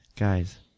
Guys